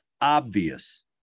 obvious